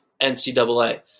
NCAA